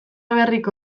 berriko